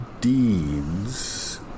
deeds